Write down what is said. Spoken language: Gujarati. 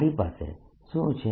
મારી પાસે શું છે